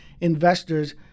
investors